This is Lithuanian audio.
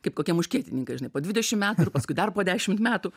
kaip kokie muškietininkai žinai po dvidešimt metų ir paskui dar po dešimt metų